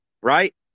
right